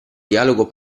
dialogo